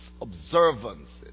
observances